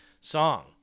song